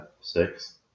Six